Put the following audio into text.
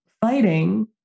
fighting